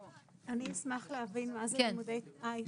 היי,